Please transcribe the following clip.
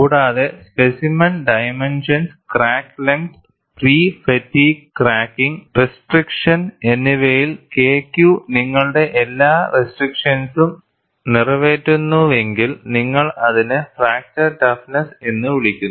കൂടാതെ specimen dimensions crack length pre fatigue cracking restriction എന്നിവയിൽ K Q നിങ്ങളുടെ എല്ലാ റെസ്ട്രിക്ഷൻസും നിറവേറ്റുന്നുവെങ്കിൽ നിങ്ങൾ അതിനെ ഫ്രാക്ചർ ടഫ്നെസ്സ് എന്ന് വിളിക്കുന്നു